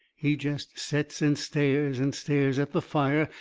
he jest sets and stares and stares at the fire,